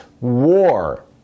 war